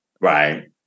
Right